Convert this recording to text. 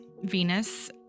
Venus